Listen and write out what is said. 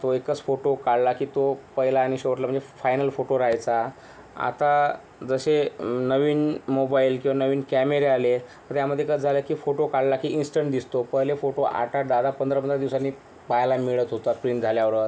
तो एकच फोटो काढला की तो पहिला आणि शेवटला म्हणजे फायनल फोटो राहायचा आता जसे नवीन मोबाईल किंवा नवीन कॅमेरे आले त्यामध्ये कसं झालं की फोटो काढला की इन्स्टंट दिसतो पहिले फोटो आठ आठ दहा दहा पंधरा पंधरा दिवसांनी पाहायला मिळत होता प्रिंट झाल्यावर